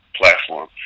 platform